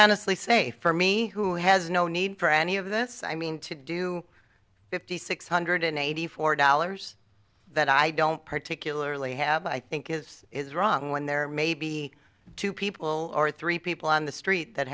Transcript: honestly say for me who has no need for any of this i mean to do fifty six hundred eighty four dollars that i don't particularly have i think is is wrong when there are maybe two people or three people on the street that